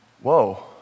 Whoa